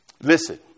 Listen